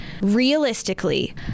realistically